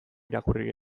irakurri